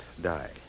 die